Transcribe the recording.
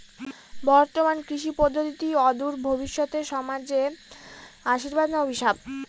বর্তমান কৃষি পদ্ধতি অদূর ভবিষ্যতে সমাজে আশীর্বাদ না অভিশাপ?